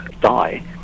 die